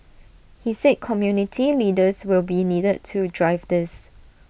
he said community leaders will be needed to drive this